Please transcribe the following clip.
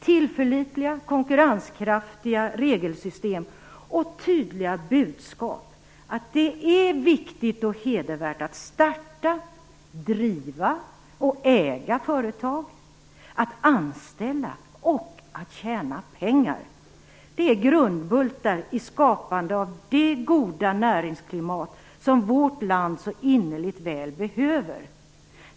Tillförlitliga, konkurrenskraftiga regelsystem och tydliga budskap att det är viktigt och hedervärt att starta, driva och äga företag, att anställa och att tjäna pengar, är grundbultar i skapandet av det goda näringsklimat som vårt land så innerligt väl behöver.